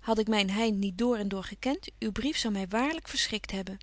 had ik myn hein niet door en door gekent uw brief zou my waarlyk verschrikt hebben